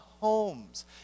homes